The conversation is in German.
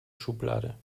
schublade